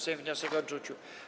Sejm wniosek odrzucił.